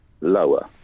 Lower